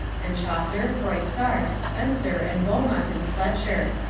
and chaucer, froissart, spenser, and beaumont and fletcher.